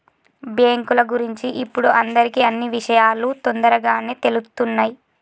బ్యేంకుల గురించి ఇప్పుడు అందరికీ అన్నీ విషయాలూ తొందరగానే తెలుత్తున్నయ్